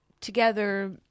together